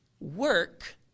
work